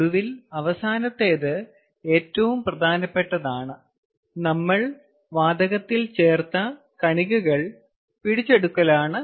ഒടുവിൽ അവസാനത്തേത് എന്നാൽ ഏറ്റവും പ്രധാനപ്പെട്ടതാണ് നമ്മൾ ചേർത്ത കണികകൾ പിടിച്ചെടുക്കലാണ്